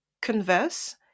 converse